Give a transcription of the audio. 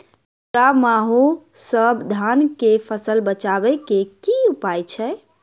भूरा माहू सँ धान कऽ फसल बचाबै कऽ की उपाय छै?